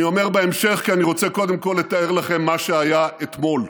אני אומר "בהמשך" כי אני רוצה קודם כול לתאר לכם מה שהיה אתמול.